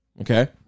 Okay